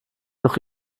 noch